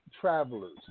Travelers